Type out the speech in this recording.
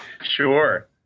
Sure